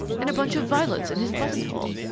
and a bunch of violets in his buttonhole.